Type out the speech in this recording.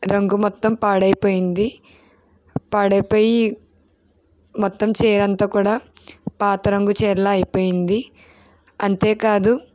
రంగు మొత్తం పాడైపోయింది పాడైపోయి మొత్తం చీర అంతా కూడా పాత రంగు చీరల అయిపోయింది అంతేకాదు